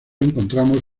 encontramos